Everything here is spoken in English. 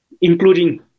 including